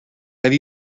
have